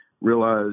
realize